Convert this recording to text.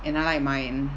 and I like mine